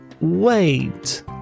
wait